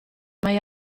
mai